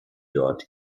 dort